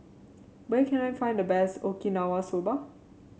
where can I find the best Okinawa Soba